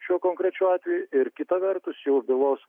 šiuo konkrečiu atveju ir kita vertus jau bylos